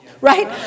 right